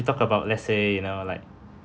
talk about let's say you know like